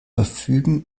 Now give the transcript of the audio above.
verfügen